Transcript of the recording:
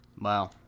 wow